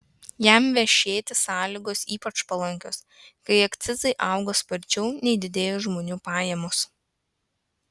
jam vešėti sąlygos ypač palankios kai akcizai auga sparčiau nei didėja žmonių pajamos